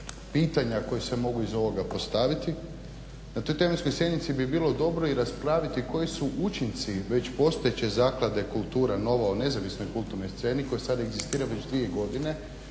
pitanja koja se mogu iz ovoga postaviti. Na toj tematskoj sjednici bi bilo dobro i raspraviti koji su učinci već postojeće zaklade kultura nova u nezavisnoj kulturnoj sceni koja sad egzistira već dvije godine